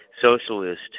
socialist